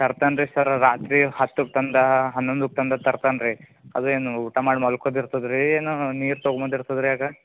ತರ್ತಾನೆ ರೀ ಸರ್ರ ರಾತ್ರಿ ಹತ್ತಕ್ಕೆ ತಂದ ಹನ್ನೊಂದಕ್ಕೆ ತಂದ ತರ್ತಾನೆ ರೀ ಅದು ಏನು ಊಟ ಮಾಡಿ ಮಲ್ಕೋದಿರ್ತದೆ ರೀ ಏನು ನೀರು ತೊಗೊಬಂದಿರ್ತದೆ ರೀ ಆಗ